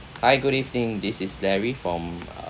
hi good evening this is larry from uh